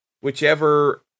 whichever